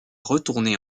retourner